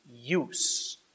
use